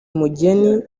mugeni